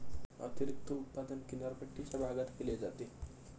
अतिरिक्त उत्पादन किनारपट्टीच्या भागात केले जाते